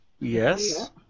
Yes